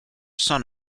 son